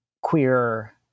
queer